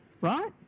right